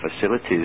facilities